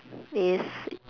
is